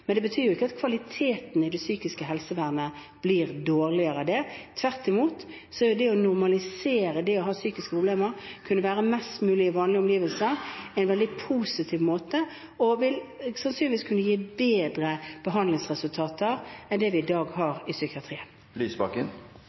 Det betyr ikke at kvaliteten i det psykiske helsevernet blir dårligere. Tvert imot er det å normalisere det å ha psykiske problemer, det å kunne være mest mulig i vanlige omgivelser, veldig positivt og vil sannsynligvis kunne gi bedre behandlingsresultater enn det vi har i psykiatrien i dag. Jeg tror statsministerens melding om at psykiatrien er i